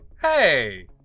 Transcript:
Hey